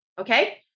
okay